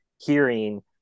hearing